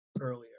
earlier